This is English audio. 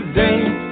dance